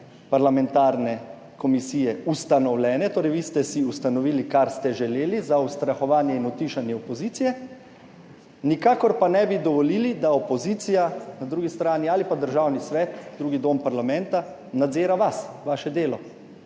parlamentarne komisije ustanovljene, torej vi ste si ustanovili, kar ste želeli za ustrahovanje in utišanje opozicije, nikakor pa ne bi dovolili, da opozicija na drugi strani ali pa Državni svet, drugi dom parlamenta, nadzira vas, vaše delo,